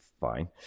fine